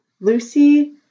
Lucy